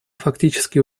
фактически